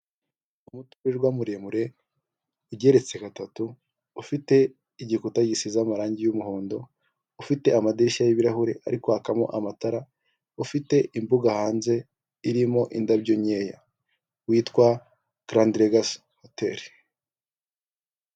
Imbere yanjye ndahabona umuryango ufunguye usize irangi ry'umuhondo hejuru yaho handitseho wesitani uniyoni, harimo abantu benshi bari kuhagana binjira bashaka serivisi za wesitani yuniyoni.